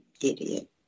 Idiot